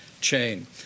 chain